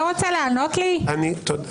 אני אחזור שוב.